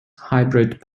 hybrid